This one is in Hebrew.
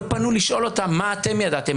לא פנו אליהם לשאול מה הם ידעו,